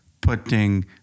putting